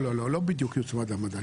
לא, לא, לא בדיוק יוצמד למדד.